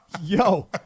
Yo